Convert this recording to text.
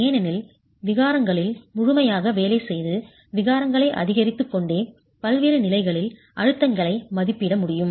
ஏனெனில் விகாரங்களில் முழுமையாக வேலை செய்து விகாரங்களை அதிகரித்துக் கொண்டே பல்வேறு நிலைகளில் அழுத்தங்களை மதிப்பிட முடியும்